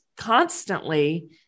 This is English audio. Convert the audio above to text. constantly